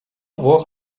włoch